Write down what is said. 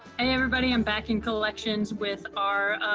everybody, i'm back in collections with our